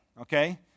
Okay